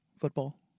football